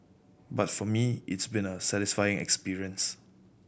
but for me it's been a satisfying experience